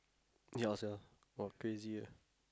ya sia !wah! crazy eh